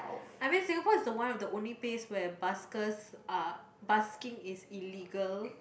I mean Singapore is the one of the only place where baskers are basking is illegal